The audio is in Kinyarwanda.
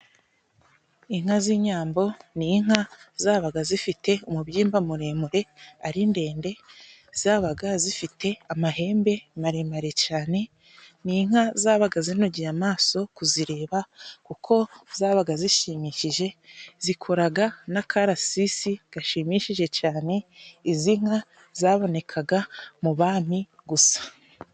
Inka z'inyambo ni inka zabaga zifite umubyimba muremure ari ndende, zabaga zifite amahembe maremare cane ni inka zabaga zinogeye amaso kuzireba, kuko zabaga zishimishije zikoraga n'akararasisi gashimishije cane. Izi nka zabonekaga mu bami gusa.